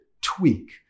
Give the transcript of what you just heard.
tweak